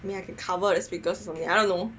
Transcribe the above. I mean I can cover the speakers only I don't know